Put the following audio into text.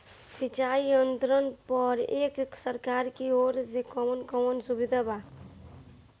सिंचाई यंत्रन पर एक सरकार की ओर से कवन कवन सुविधा बा?